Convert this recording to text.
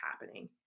happening